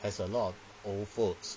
has a lot of old folks